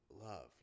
love